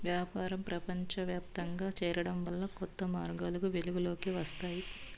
వ్యాపారం ప్రపంచవ్యాప్తంగా చేరడం వల్ల కొత్త మార్గాలు వెలుగులోకి వస్తాయి